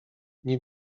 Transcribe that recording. nie